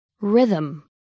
Rhythm